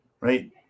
right